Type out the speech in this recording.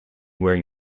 wearing